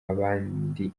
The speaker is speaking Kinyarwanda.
abandi